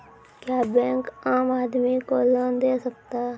क्या बैंक आम आदमी को लोन दे सकता हैं?